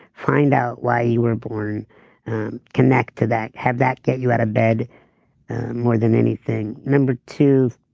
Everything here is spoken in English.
find out why you were born connect to that, have that get you out of bed more than anything. number two,